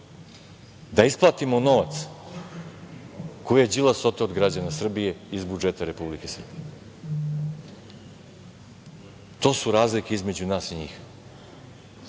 da isplatimo novac koji je Đilas oteo od građana Srbije, iz budžeta Republike Srbije. To su razlike između nas i njih.